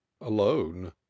alone